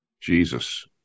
jesus